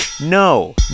no